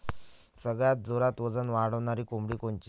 सगळ्यात जोरात वजन वाढणारी कोंबडी कोनची?